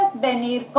venir